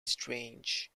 strange